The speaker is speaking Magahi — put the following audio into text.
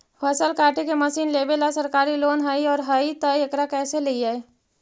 फसल काटे के मशीन लेबेला सरकारी लोन हई और हई त एकरा कैसे लियै?